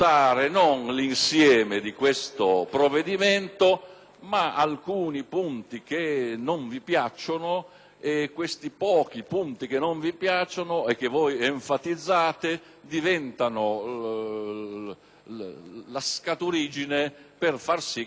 ma alcuni punti che non vi piacciono e che enfatizzate diventando ciò la scaturigine per far sì che la vostra sia una posizione di contrasto e di voto contrario.